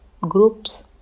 groups